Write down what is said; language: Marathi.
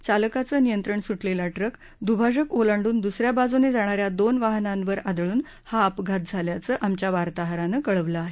चालकाचं नियंत्रण सुटलेला ट्रक दुभाजक ओलांडून दुसऱ्या बाजूने जाणाऱ्या दोन वाहनांवर आदळून हा अपघात झाल्याचं आमच्या वार्ताहरानं कळवलं आहे